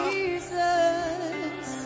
Jesus